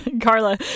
Carla